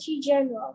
General